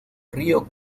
río